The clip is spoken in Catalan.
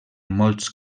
molts